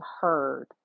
heard